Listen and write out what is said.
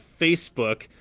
Facebook